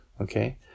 Okay